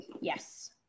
yes